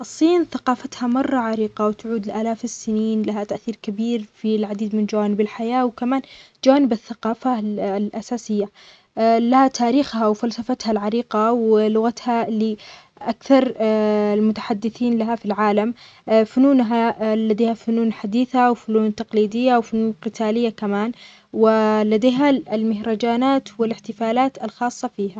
ثقافة الصين غنية وعميقة، تمتد لآلاف السنين. تتميز بالتقاليد الفلسفية مثل الكونفوشيوسية والطاوية، وتعتبر العائلة والمجتمع من القيم الأساسية. الطعام الصيني متنوع وشهي، مثل الأرز والنودلز. كما أن الفنون مثل الخط والرسم والموسيقى تحظى بتقدير كبير، وتعد الفستق والفوانيس جزءًا من التراث الثقافي.